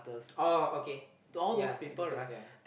oh okay ya editors ya